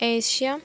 Asia